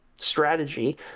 Strategy